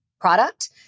product